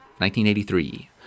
1983